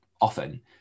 often